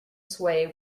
sway